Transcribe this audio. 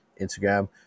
Instagram